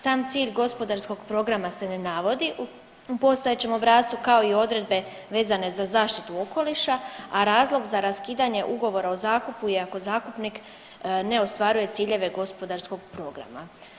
Sam cilj gospodarskog programa se ne navodi u postojećem obrascu kao i odredbe vezane za zaštitu okoliša, a razlog za raskidanje ugovora o zakupu je ako zakupnik ne ostvaruje ciljeve gospodarskog programa.